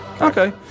Okay